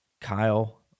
Kyle